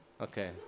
Okay